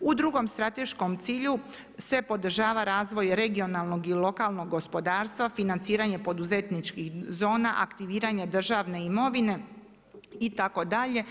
U drugom strateškom cilju se podržava razvoj regionalnog i lokalnog gospodarstva, financiranje poduzetničkih zona, aktiviranje državne imovine itd.